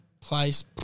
place